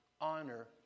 honor